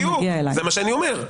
זה מה שאני אומר.